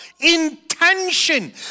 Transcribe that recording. intention